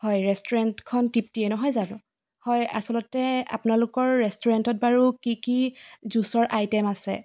হয় ৰেষ্টুৰেণ্টখন তৃপ্তিয়েই নহয় জানো হয় আচলতে আপোনালোকৰ ৰেষ্টুৰেণ্টত বাৰু কি কি জুচৰ আইটেম আছে